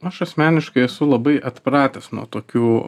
aš asmeniškai esu labai atpratęs nuo tokių